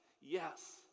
yes